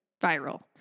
viral